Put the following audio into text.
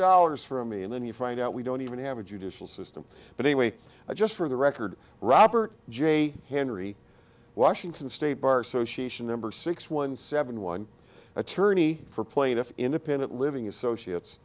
dollars from me and then you find out we don't even have a judicial system but anyway just for the record robert j henry washington state bar association number six one seven one attorney for plaintiff independent living associates